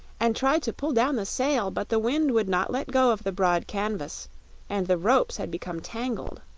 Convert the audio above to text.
and tried to pull down the sail but the wind would not let go of the broad canvas and the ropes had become tangled.